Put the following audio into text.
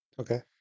Okay